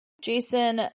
Jason